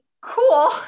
cool